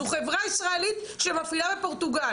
זה חברה ישראלית שמפעילה את פורטוגל